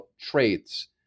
traits